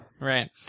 Right